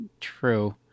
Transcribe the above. True